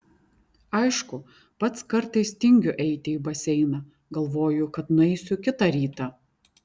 aišku pats kartais tingiu eiti į baseiną galvoju kad nueisiu kitą rytą